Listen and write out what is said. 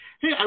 Hey